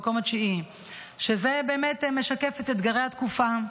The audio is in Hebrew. שזה באמת משקף את אתגרי התקופה,